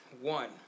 One